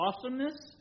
awesomeness